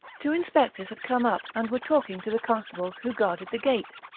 two inspectors had come up and were talking to the constables who guarded the gate.